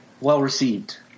well-received